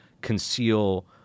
conceal